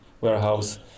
warehouse